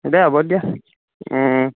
দে হ'ব দিয়া